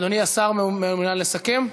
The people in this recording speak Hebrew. אדוני השר מעוניין לסכם?